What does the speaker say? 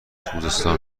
خوزستان